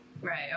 Right